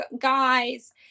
guys